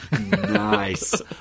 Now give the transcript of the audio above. nice